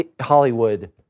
Hollywood